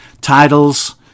titles